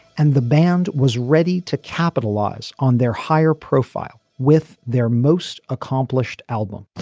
and the band was ready to capitalize on their higher profile with their most accomplished album